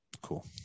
Cool